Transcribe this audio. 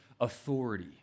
authority